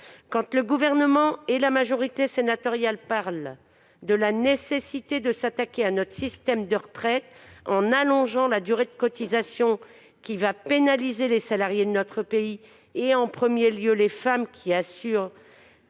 Le Gouvernement et la majorité sénatoriale parlent de la nécessité de s'attaquer à notre système de retraite en allongeant la durée de cotisation, ce qui va pénaliser les salariés de notre pays et en premier lieu les femmes, qui assument